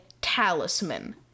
talisman